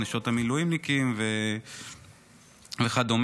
נשות המילואימניקים וכדומה.